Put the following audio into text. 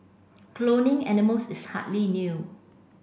cloning animals is hardly new